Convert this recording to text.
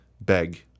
beg